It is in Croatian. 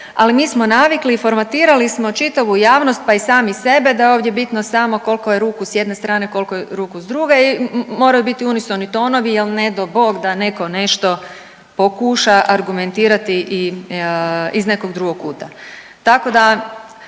ali mi smo navikli i formatirali smo čitavu javnost pa i sami sebe, da je ovdje bitno samo koliko je ruku s jedne strane, koliko je ruku s druge i moraju biti unisoni tonovi jer ne d'o Bog da neko nešto pokuša argumentirati i iz nekog drugog kuta.